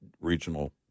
regional